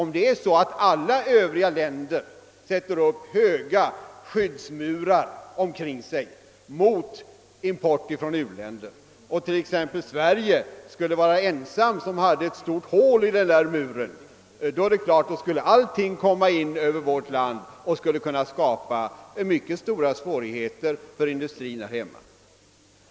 Men om alla andra länder sätter upp höga skyddsmurar omkring sig mot import från u-länderna och exempelvis Sverige ensamt har ett hål i den tullmuren och hela u-lands produktionen därför svämmar över vårt land, så kan detta självfallet skapa mycket stora svårigheter för vår industri.